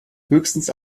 höchstens